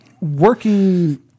Working